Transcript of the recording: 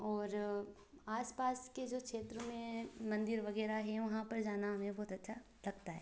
और आसपास के जो क्षेत्र में मंदिर वगैरह हैं वहाँ पर जाना हमें बहुत अच्छा लगता है